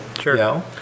Sure